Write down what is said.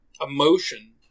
emotion